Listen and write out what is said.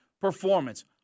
performance